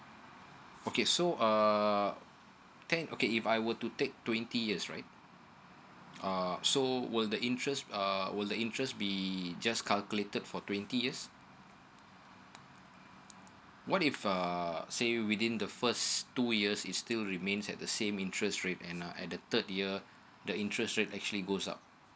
okay so uh thank okay if I were to take twenty years right uh so will the interest uh will the interest be just calculated for twenty years what if uh say within the first two years is still remains at the same interest rate and uh and the third year the interest rate actually goes up